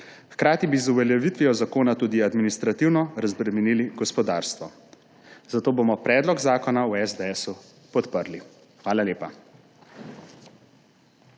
Hkrati bi z uveljavitvijo zakona tudi administrativno razbremenili gospodarstvo. Zato bomo predlog zakona v SDS podprli. Hvala lepa.